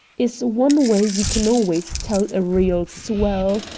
is one way you can always tell a real swell.